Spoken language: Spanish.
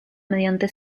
mediante